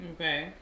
Okay